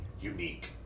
unique